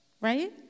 Right